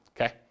okay